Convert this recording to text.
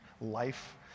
life